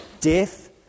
death